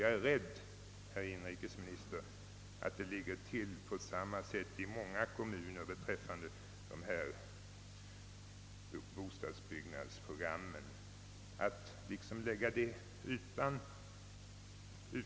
Jag är rädd, herr inrikesminister, att det ligger till på samma sätt med bostadsbyggnadsprogrammen i många andra kommuner.